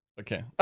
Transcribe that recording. Okay